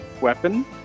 weapon